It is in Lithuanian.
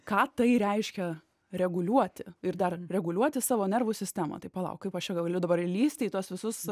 ką tai reiškia reguliuoti ir dar reguliuoti savo nervų sistemą tai palauk kaip aš čia galiu dabar įlįsti į tuos visus